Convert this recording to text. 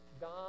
God